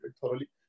thoroughly